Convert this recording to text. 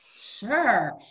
Sure